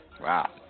Wow